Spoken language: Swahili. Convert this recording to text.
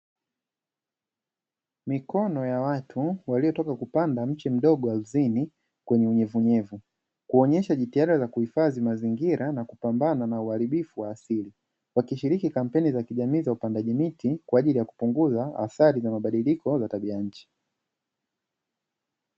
Mikono ya watu waliotoka kupanda mche mdogo ardhini kwenye unyevuunyevu, kuonyesha jitihada za kuifadhi mazingira na kupambana na uaribifu wa asili, wakishiriki kampeni za kijamii za upandaji miti kwaajili kwaajili ya kupunguza athari za mabadiliko za tabia ya nchi.